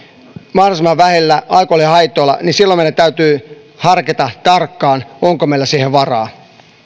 mahdollisimman vähillä alkoholihaitoilla niin silloin meidän täytyy harkita tarkkaan onko meillä siihen varaa